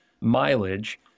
mileage